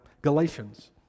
Galatians